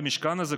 למשכן הזה,